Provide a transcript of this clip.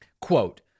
quote